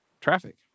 traffic